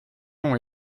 ont